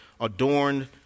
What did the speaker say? adorned